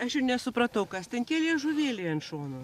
aš ir nesupratau kas ten tie liežuvėliai ant šono